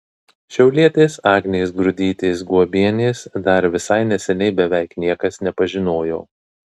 šiaulietės agnės grudytės guobienės dar visai neseniai beveik niekas nepažinojo